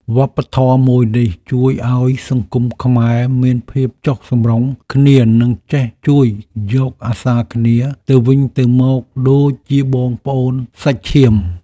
វប្បធម៌មួយនេះជួយឱ្យសង្គមខ្មែរមានភាពចុះសម្រុងគ្នានិងចេះជួយយកអាសារគ្នាទៅវិញទៅមកដូចជាបងប្អូនសាច់ឈាម។